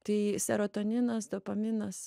tai serotoninas dopaminas